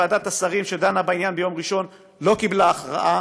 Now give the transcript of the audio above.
ועדת השרים שדנה בעניין ביום ראשון לא קיבלה הכרעה.